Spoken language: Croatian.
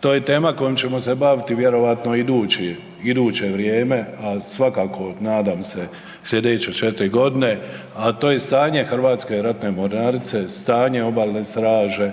to je tema kojom ćemo se bavit' vjerojatno idući, iduće vrijeme, a svakako nadam se sljedeće četiri godine, a to je stanje Hrvatske ratne mornarice, stanje Obalne straže